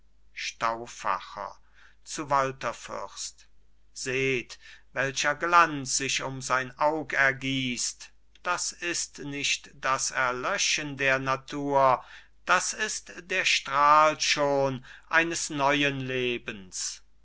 stauffacher zu walther fürst seht welcher glanz sich um sein aug ergießt das ist nicht das erlöschen der natur das ist der strahl schon eines neuen lebens